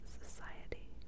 society